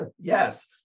Yes